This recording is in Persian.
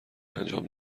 انجام